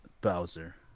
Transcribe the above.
Bowser